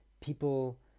people